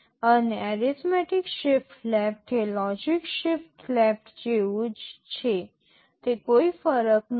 અને arithmetic shift left એ logical shift left જેવું જ છે કોઈ ફરક નથી